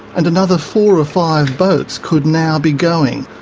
and another four or five boats could now be going,